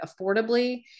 affordably